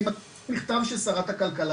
אני מקריא מכתב של שרת הכלכלה,